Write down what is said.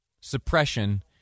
suppression